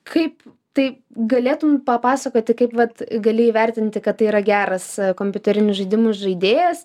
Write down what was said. kaip tai galėtum papasakoti kaip vat gali įvertinti kad tai yra geras kompiuterinių žaidimų žaidėjas